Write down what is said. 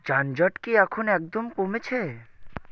যানজট কি এখন একদম কমেছে